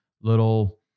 little